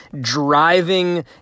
driving